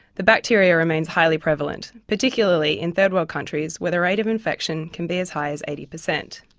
the bacteria remains highly prevalent, particularly in third world countries where the rate of infection can be as high as eighty percent.